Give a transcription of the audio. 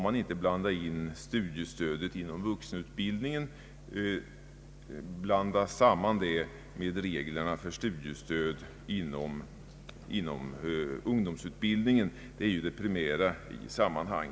Man skall inte inom vuxenutbildningen blanda in reglerna för studiestöd inom ungdomsutbildningen. Det är ju det primära i detta sammanhang.